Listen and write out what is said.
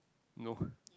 no